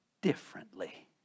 differently